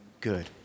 good